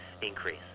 increase